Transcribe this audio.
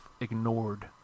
ignored